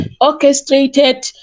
orchestrated